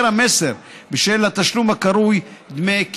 המסר בשל התשלום הקרוי "דמי קישוריות".